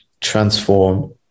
transform